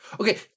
okay